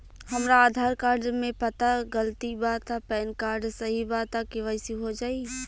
हमरा आधार कार्ड मे पता गलती बा त पैन कार्ड सही बा त के.वाइ.सी हो जायी?